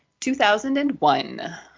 2001